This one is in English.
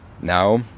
now